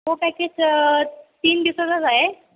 तो पॅकेज तीन दिवसाचाच आहे